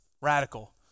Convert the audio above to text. radical